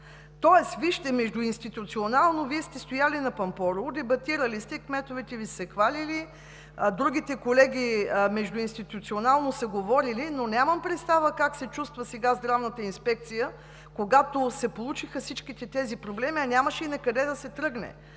Няма. Вижте, институционално Вие сте стояли на Пампорово, дебатирали сте и кметовете са Ви се хвалили, а другите колеги междуинституционално са говорили, но нямам представа как се чувства сега Здравната инспекция, когато се получиха всички тези проблеми, а нямаше и накъде да се тръгне